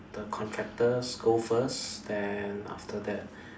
the contractors go first and then after that